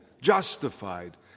justified